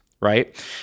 right